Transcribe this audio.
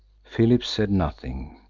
philip said nothing.